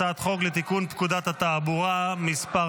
הצעת חוק לתיקון פקודת התעבורה (מס'